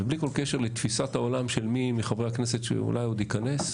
ובלי כל קשר לתפיסת העולם של מי מחברי הכנסת שאולי עוד ייכנס,